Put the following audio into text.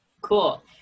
cool